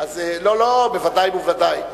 לא, לא, בוודאי ובוודאי.